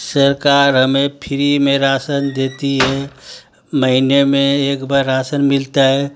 सरकार हमें फ्री में राशन देती है महीने में एक बार राशन मिलता है